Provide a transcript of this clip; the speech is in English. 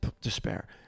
despair